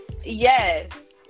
yes